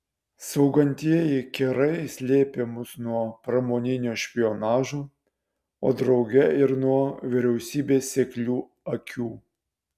saugantieji kerai slėpė mus nuo pramoninio špionažo o drauge ir nuo vyriausybės seklių akių